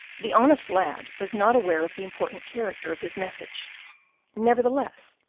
the honest lad was not aware of the important character of his message nevertheless,